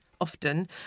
often